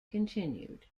continued